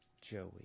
Joey